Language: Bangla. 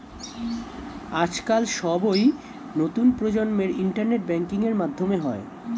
আজকাল সবই নতুন প্রজন্মের ইন্টারনেট ব্যাঙ্কিং এর মাধ্যমে হয়